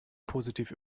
positiv